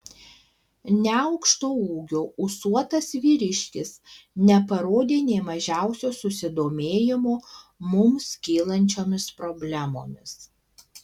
neaukšto ūgio ūsuotas vyriškis neparodė nė mažiausio susidomėjimo mums kylančiomis problemomis